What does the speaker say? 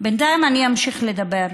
בינתיים אמשיך לדבר,